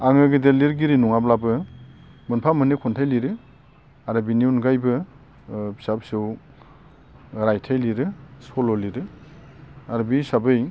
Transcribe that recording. आङो गिदिर लिरगिरि नङाब्लाबो मोनफा मोननै खन्थाइ लिरो आरो बिनि अनगायैबो फिसा फिसौ रायथाइ लिरो सल'लिरो आरो बे हिसाबै